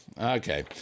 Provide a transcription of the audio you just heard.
Okay